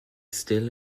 still